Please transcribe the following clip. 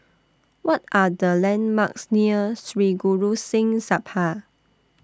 What Are The landmarks near Sri Guru Singh Sabha